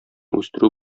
үстерү